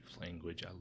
language